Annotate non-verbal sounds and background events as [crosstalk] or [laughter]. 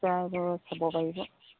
[unintelligible] চাব পাৰিব